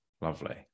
lovely